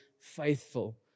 faithful